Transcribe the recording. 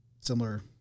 similar